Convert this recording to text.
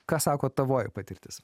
ką sako tavoji patirtis